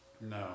no